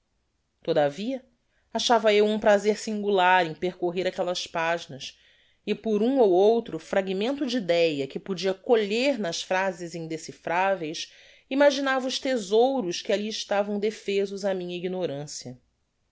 todavia achava eu um prazer singular em percorrer aquellas paginas e por um ou outro fragmento de idea que podia colher nas phrases indecifraveis imaginava os thesouros que alli estavam defezos á minha ignorancia